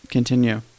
Continue